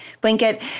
blanket